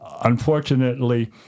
Unfortunately